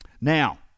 Now